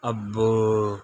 అబ్బో